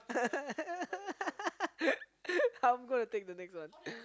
I'm gonna take the next one